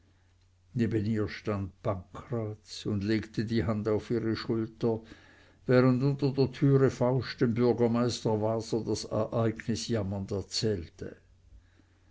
stand pancraz und legte die hand auf ihre schulter während unter der türe fausch dem bürgermeister waser das ereignis jammernd erzählte